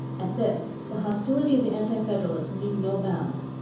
at this, the hostility of the anti-federalists knew no bounds.